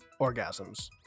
orgasms